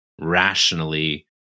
rationally